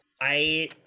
I-